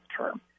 term